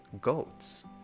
goats